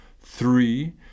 Three